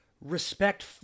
respect